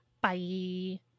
Bye